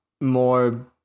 more